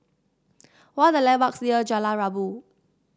what are the landmarks near Jalan Rabu